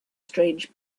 strange